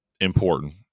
important